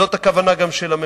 זאת גם הכוונה של הממשלה.